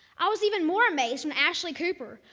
i was even more amazed when ashley cooper,